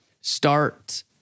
start